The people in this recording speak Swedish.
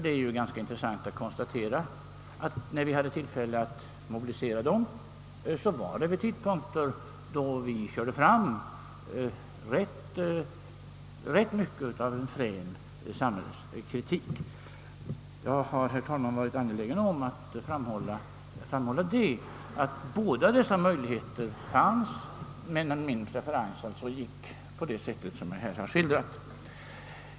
Det är nämligen intressant att konstatera, att vi kunde mobilisera dessa grupper 1962 då vi framförde en ganska frän samhällskritik. Jag har, herr talman, ansett det vara angeläget att framhålla, att båda dessa möjligheter finns men att min preferens är den som jag nu skildrat.